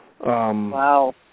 Wow